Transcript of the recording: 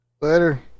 Later